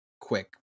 quick